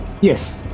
Yes